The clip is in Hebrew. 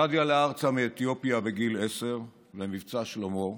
גדי עלה ארצה מאתיופיה בגיל עשר במבצע שלמה,